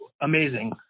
Amazing